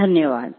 धन्यवाद